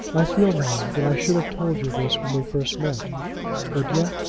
i feel now that i should have told you this when we first met but yet,